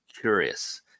curious